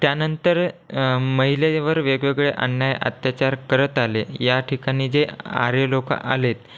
त्यानंतर महिलेवर वेगवेगळे अन्याय अत्याचार करत आले या ठिकाणी जे आर्य लोकं आलेत